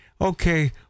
okay